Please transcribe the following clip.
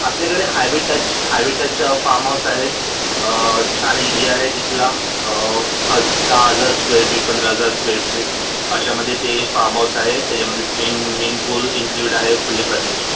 आपल्याकडे highway touch highway touch farm house आहेत छान एरिया आहे तिथला ह दहा हजार स्क्वेअर फीट पंधरा हजार स्क्वेअर फीट अशामध्ये ते फार्म हाऊस आहे त्याच्यामध्ये स्विमिंग पूल इन्क्ल्यूड आहे फुल्ली फर्निश्ड